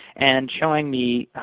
and showing me,